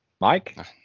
Mike